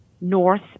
North